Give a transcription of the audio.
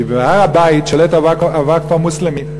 כי בהר-הבית שולט הווקף המוסלמי,